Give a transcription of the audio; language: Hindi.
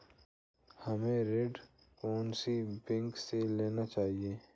हमें ऋण कौन सी बैंक से लेना चाहिए?